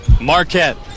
Marquette